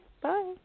Bye